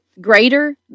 Greater